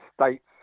states